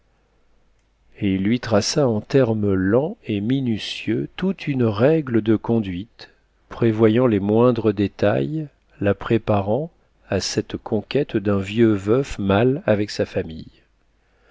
et il lui traça en termes lents et minutieux toute une règle de conduite prévoyant les moindres détails la préparant à cette conquête d'un vieux veuf mal avec sa famille